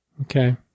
Okay